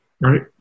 Right